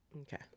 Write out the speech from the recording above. Okay